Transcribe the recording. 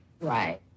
Right